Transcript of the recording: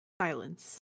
Silence